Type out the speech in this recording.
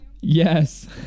yes